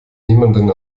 niemanden